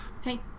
Hey